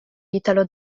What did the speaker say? italo